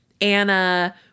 Anna